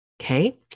okay